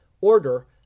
order